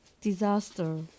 disaster